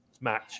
match